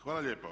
Hvala lijepo.